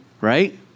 right